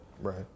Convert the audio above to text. Right